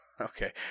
Okay